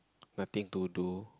nothing to do